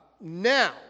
Now